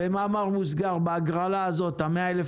במאמר מוסגר בהגרלה הזאת ה-100 אלף